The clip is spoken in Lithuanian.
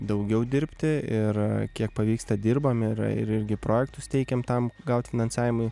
daugiau dirbti ir kiek pavyksta dirbam ir ir irgi projektus teikiam tam gaut finansavimui